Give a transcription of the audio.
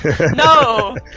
No